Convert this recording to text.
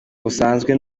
busanzwe